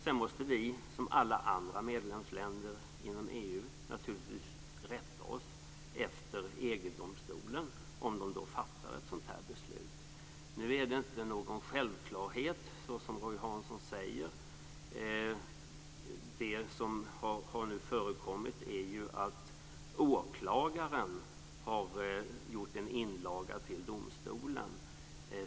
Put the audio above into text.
Sedan måste vi som alla andra medlemsländer inom EU naturligtvis rätta oss efter EG-domstolen om de fattar ett sådant här beslut. Nu är det inte någon självklarhet, så som Roy Hansson säger. Det som nu har förekommit är ju att åklagaren har gjort en inlaga till domstolen.